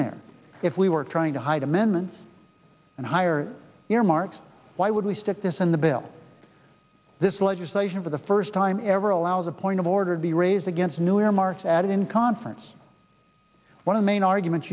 there if we were trying to hide amendments and higher earmarks why would we stick this in the bill this legislation for the first time ever allows a point of order to be raised against new earmarks added in conference one of main arguments